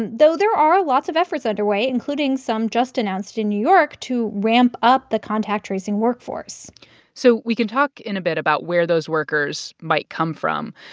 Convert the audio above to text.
and though there are lots of efforts underway, including some just announced in new york to ramp up the contact tracing workforce so we can talk in a bit about where those workers might come from.